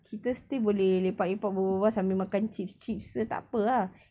kita still boleh lepak-lepak berbual-berbual sambil makan chips chips dia tak apa ah